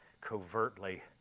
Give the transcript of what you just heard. covertly